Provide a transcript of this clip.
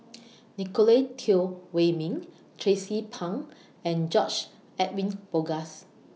Nicolette Teo Wei Min Tracie Pang and George Edwin Bogaars